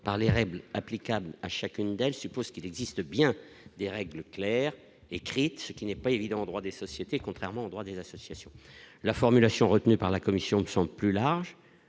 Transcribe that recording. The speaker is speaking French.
par les règles applicables à chacune d'elles supposent qu'il existe bien des règles claires, écrites, qui n'est pas évident, droit des sociétés, contrairement aux droits des associations, la formulation retenue par la commission ne sont plus large,